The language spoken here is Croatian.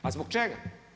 A zbog čega?